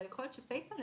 ויכול להיות ש-Pay-Pal,